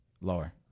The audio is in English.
Lower